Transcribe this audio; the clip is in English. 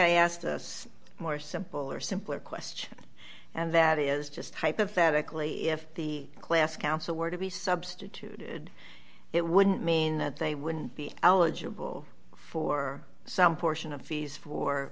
i asked us more simpler simpler question and that is just hypothetically if the class council were to be substituted it wouldn't mean that they wouldn't be eligible for some portion of fees for